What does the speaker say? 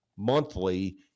monthly